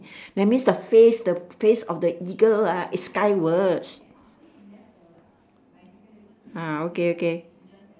that means the face the face of the eagle ah is skywards ah okay okay